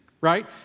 right